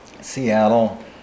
Seattle